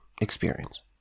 experience